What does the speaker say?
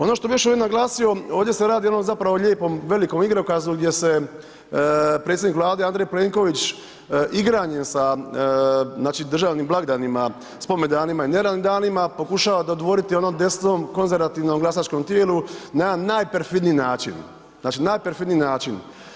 Ono što bih još ovdje naglasio ovdje se radi o jednom zapravo lijepom velikom igrokazu gdje se predsjednik Vlade Andrej Plenković igranjem sa znači državnim blagdanima, spomendanima i neradnim danima pokušava dodvoriti ono desnom konzervativnom glasačkom tijelu na jedan najperfidniji način, znači najperfidniji način.